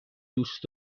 دوست